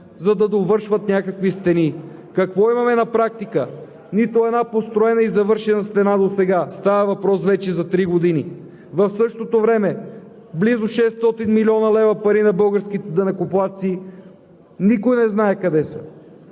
за да довършват някакви стени. Какво имаме на практика? Нито една построена и завършена стена досега. Става въпрос вече за три години. В същото време близо 600 млн. лв. – пари на българските данъкоплатци, никой не знае къде са.